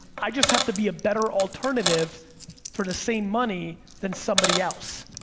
i just have to be a better alternative for the same money than somebody else.